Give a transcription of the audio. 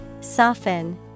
Soften